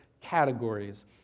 categories